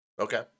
Okay